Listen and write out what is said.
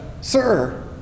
Sir